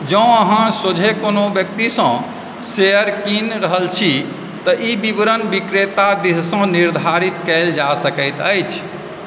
जँ अहाँ सोझे कोनो व्यक्तिसँ शेयर कीन रहल छी तँ ई विवरण विक्रेता दिससँ निर्धारित कयल जा सकैत अछि